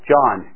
John